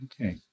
Okay